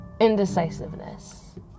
indecisiveness